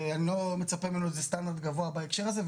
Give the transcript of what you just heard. ואני לא מצפה ממנו איזה סטנדרט גבוה בהקשר הזה,